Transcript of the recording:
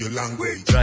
language